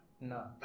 No